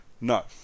No